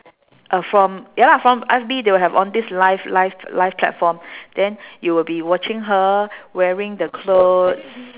uh from ya lah from F_B they will have all this live live live platform than you will be watching her wearing the clothes